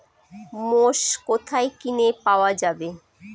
মোষ কোথায় কিনে পাওয়া যাবে?